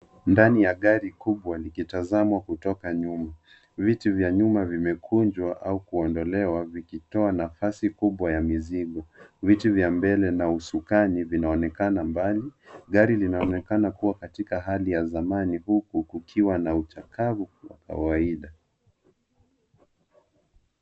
Ndani ya gari kubwa likitazamwa kutoka nyuma. Viti vya nyuma vimekunjwa au kuondolewa vikitoa nafasi kubwa ya mizigo. Viti vya mbele na usukani vinaonekana mbali. Gari linaonekana kuwa katika hali ya zamani huku kukiwa na uchakavu wa kawaida.